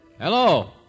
Hello